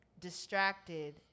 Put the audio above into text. distracted